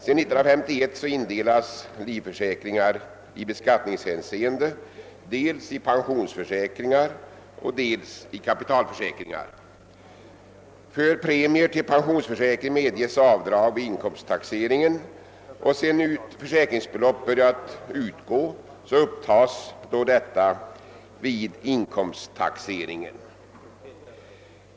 Sedan 1951 indelas livförsäkringarna i beskattningshänseende dels i pensionsförsäkringar, dels i kapitalförsäkringar. För premie till pensionsförsäkring medges avdrag vid inkomsttaxeringen, och sedan försäkringsbeloppet börjat utgå upptas detta vid inkomsttaxeringen.